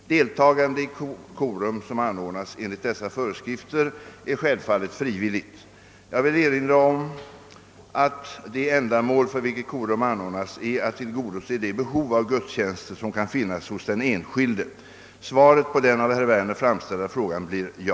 Deltagande i korum som anordnas enligt dessa föreskrifter är självfallet frivilligt. Jag vill erinra om att det ändamål för vilket korum anordnas är att tillgodose det behov av gudstjänster som kan finnas hos den enskilde. Svaret på den av herr Werner framställda frågan blir ja.